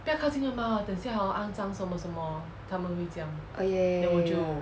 oh ya ya ya ya ya